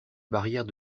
barrière